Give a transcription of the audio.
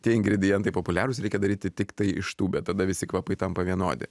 tie ingredientai populiarūs reikia daryti tiktai iš tų bet tada visi kvapai tampa vienodi